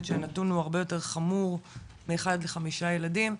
שהנתון הוא הרבה יותר חמור מאחד לחמישה ילדים,